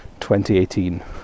2018